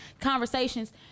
conversations